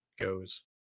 goes